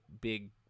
big